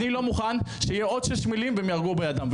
אני לא מוכן שיהיה עוד שש מילים והם יהרגו בן אדם,